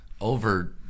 over